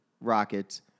Rockets